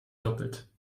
doppelt